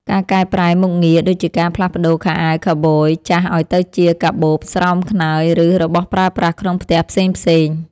ការកែប្រែមុខងារ ដូចជាការផ្លាស់ប្តូរខោខូវប៊យចាស់ឱ្យទៅជាកាបូប ស្រោមខ្នើយ ឬរបស់ប្រើប្រាស់ក្នុងផ្ទះផ្សេងៗ។